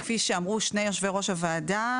כפי שאמרו שני יושבי-ראש הוועדה,